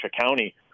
County